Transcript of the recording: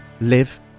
live